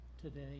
today